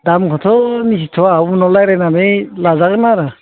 दामाथ' मिनथिथ'आ उनाव रायलायनानै लाजागोन आरो